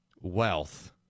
wealth